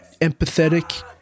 empathetic